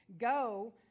Go